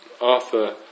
Arthur